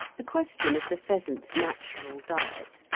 the question of the pheasant's natural diet,